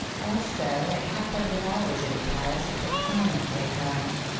also, it happened that i was in paris at the time of the occurrence.